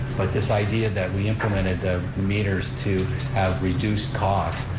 but this idea that we implemented the meters to have reduced cost,